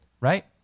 right